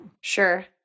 Sure